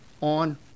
on